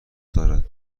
دارد